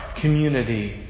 community